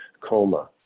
coma